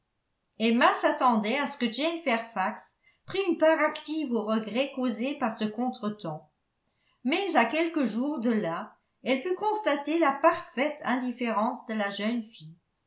emma s'attendait à ce que jane fairfax prît une part active aux regrets causés par ce contre-temps mais à quelques jours de là elle put constater la parfaite indifférence de la jeune fille